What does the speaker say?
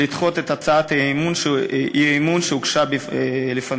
לדחות את הצעת האי-אמון שהוגשה לפניכם.